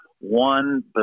one